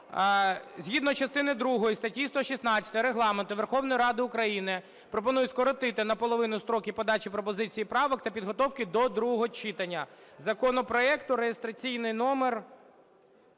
згідно частини другої статті 116 Регламенту Верховної Ради України пропоную скоротити наполовину строки подачі пропозицій і правок та підготовки до другого читання законопроекту реєстраційний номер